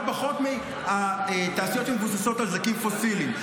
פחות מהתעשיות שמבוססות על דלקים פוסיליים.